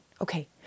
Okay